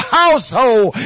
household